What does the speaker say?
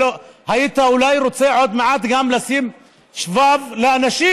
היית אולי רוצה עוד מעט גם לשים שבב לאנשים,